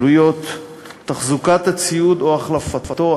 עלויות תחזוקת הציוד או החלפתו,